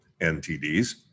NTDs